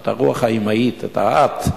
את הרוח האמהית, את ה"את".